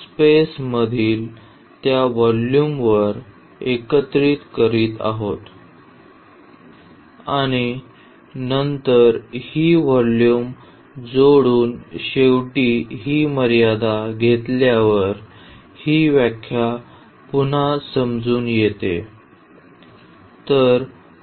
स्पेसमधील त्या व्हॉल्यूमवर एकत्रित करत आहे आणि नंतर ही व्हॅल्यू जोडून शेवटी ही मर्यादा घेतल्यावर ही व्याख्या पुन्हा समजून येते